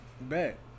Bet